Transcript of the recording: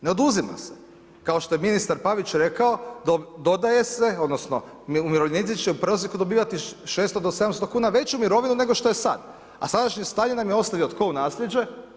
Ne oduzima se, kao što je ministar Pavić rekao dodaje se, odnosno umirovljenici će u prosjeku dobivati 600 do 700 kuna veću mirovinu nego što je sad, a sadašnje stanje nam je ostavio tko u nasljeđe?